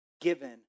given